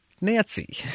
Nancy